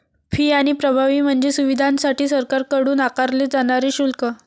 fee आणि प्रभावी म्हणजे सुविधांसाठी सरकारकडून आकारले जाणारे शुल्क